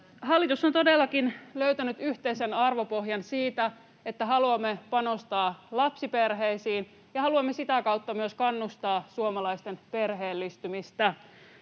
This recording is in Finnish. Hallitus on todellakin löytänyt yhteisen arvopohjan siitä, että haluamme panostaa lapsiperheisiin ja haluamme sitä kautta myös kannustaa suomalaisten perheellistymistä.